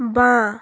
বাঁ